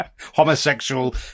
homosexual